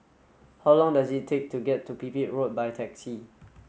how long does it take to get to Pipit Road by taxi